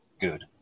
good